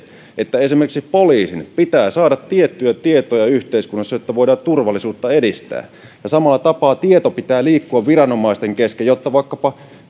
että esimerkiksi poliisin pitää saada tiettyjä tietoja yhteiskunnassa jotta voidaan turvallisuutta edistää ja samalla tapaa tiedon pitää liikkua viranomaisten kesken jotta vaikkapa